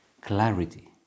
clarity